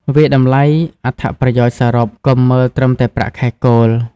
វាយតម្លៃអត្ថប្រយោជន៍សរុប កុំមើលត្រឹមតែប្រាក់ខែគោល។